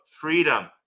freedom